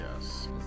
yes